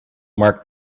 mark